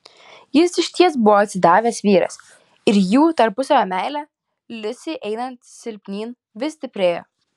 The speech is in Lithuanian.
jis išties buvo atsidavęs vyras ir jų tarpusavio meilė liusei einant silpnyn vis stiprėjo